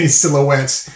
silhouettes